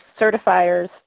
certifiers